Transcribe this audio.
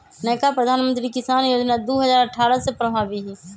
नयका प्रधानमंत्री किसान जोजना दू हजार अट्ठारह से प्रभाबी हइ